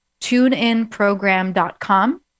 tuneinprogram.com